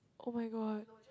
[oh]-my-god